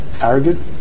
arrogant